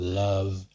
love